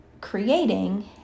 creating